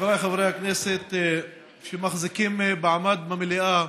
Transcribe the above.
חבריי חברי הכנסת שמחזיקים מעמד במליאה,